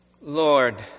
Lord